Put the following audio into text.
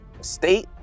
state